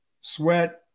Sweat